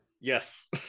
yes